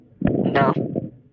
No